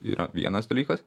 yra vienas dalykas